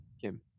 Kim